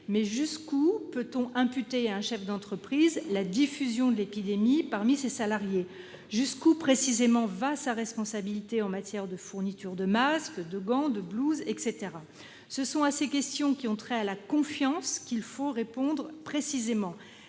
jusqu'où peut-on imputer à un chef d'entreprise la diffusion de l'épidémie parmi ses salariés ? Jusqu'où va précisément sa responsabilité en matière de fourniture de masques, de gants, de blouses ? Ce sont à ces questions, qui ont trait à la confiance, qu'il faut répondre avec précision.